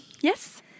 yes